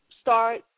start